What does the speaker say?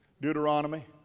Deuteronomy